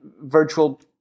virtual